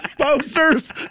posters